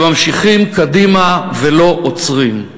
וממשיכים קדימה ולא עוצרים,